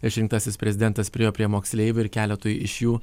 išrinktasis prezidentas priėjo prie moksleivių ir keletui iš jų